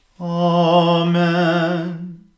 Amen